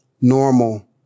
normal